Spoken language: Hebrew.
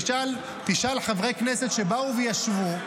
תשאל חברי כנסת שבאו וישבו,